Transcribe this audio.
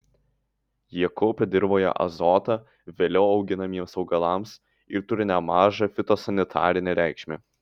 jie kaupia dirvoje azotą vėliau auginamiems augalams ir turi nemažą fitosanitarinę reikšmę